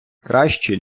кращі